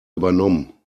übernommen